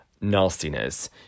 nastiness